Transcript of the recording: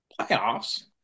Playoffs